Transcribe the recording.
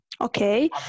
Okay